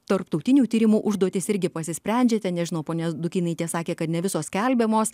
tarptautinių tyrimų užduotis irgi pasisprendžiate nežinau ponia dukynaitė sakė kad ne visos skelbiamos